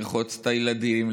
לרחוץ את הילדים,